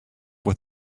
with